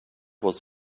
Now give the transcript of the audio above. was